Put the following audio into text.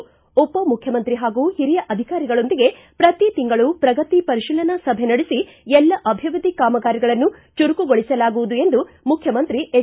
ಉಪ ಮುಖ್ಯಮಂತ್ರಿ ಹಾಗೂ ಒರಿಯ ಅಧಿಕಾರಿಗಳೊಂದಿಗೆ ಪ್ರತಿ ತಿಂಗಳು ಪ್ರಗತಿ ಪರಿಶೀಲನಾ ಸಭೆ ನಡೆಸಿ ಎಲ್ಲ ಅಭಿವೃದ್ಧಿ ಕಾಮಗಾರಿಗಳನ್ನು ಚುರುಕುಗೊಳಿಸಲಾಗುವುದು ಎಂದು ಮುಖ್ಯಮಂತ್ರಿ ಎಚ್